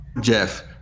Jeff